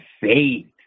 faith